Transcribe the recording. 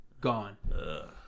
Gone